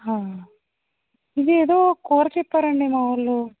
హా ఇదేదో కూర చెప్పారండి మావాళ్ళు